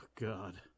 God